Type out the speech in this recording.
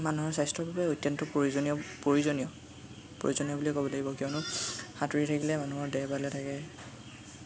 মানুহৰ স্বাস্থ্যৰ বাবে অত্যন্ত প্ৰয়োজনীয় প্ৰয়োজনীয় প্ৰয়োজনীয় বুলিয়ে ক'ব লাগিব কিয়নো সাঁতুৰি থাকিলে মানুহৰ দেহ ভালে থাকে